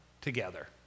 together